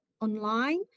online